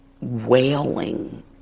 wailing